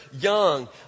Young